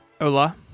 Hola